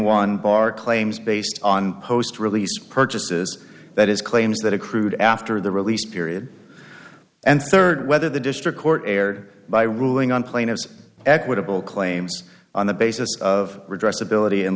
one bar claims based on post release purchases that is claims that accrued after the release period and third whether the district court erred by ruling on plaintiff's equitable claims on the basis of redress ability and